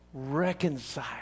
reconcile